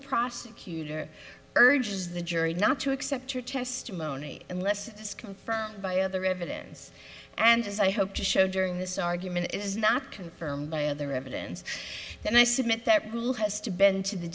prosecutor urges the jury not to accept her testimony unless it's confirmed by other evidence and as i hope to show during this argument is not confirmed by other evidence then i submit that bill has to bend to the